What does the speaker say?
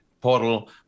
Portal